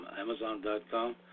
amazon.com